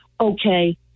okay